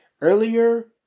Earlier